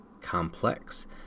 complex